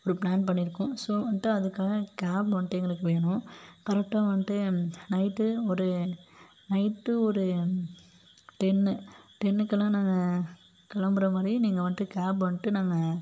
plan பண்ணிருக்கோம் so வந்துட்டு அதுக்காக கேப் வந்துட்டு எங்களுக்கு வேணும் கரெக்ட்டாக வந்துட்டு நைட்டு ஒரு நைட்டு ஒரு டென்னு டென்னுக்லாம் நாங்கள் கிளம்புற மாதிரி நீங்கள் வந்துட்டு கேப் வந்துட்டு நாங்கள்